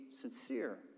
sincere